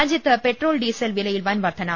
രാജ്യത്ത് petrol diesel വിലയിൽ പൻ വർധന